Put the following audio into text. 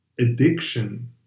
addiction